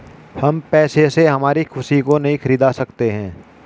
हम पैसे से हमारी खुशी को नहीं खरीदा सकते है